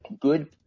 good